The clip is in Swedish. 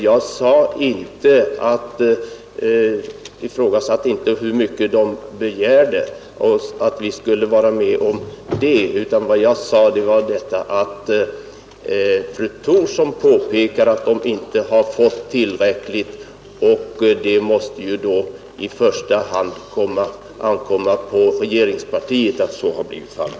Jag ifrågasatte inte hur mycket de begärt och att vi skulle vara med om det, utan jag sade att när fru Thorsson påpekar att anslagen har varit otillräckliga, det i första hand måste bero på regeringspartiet att så har blivit fallet.